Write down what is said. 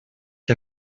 que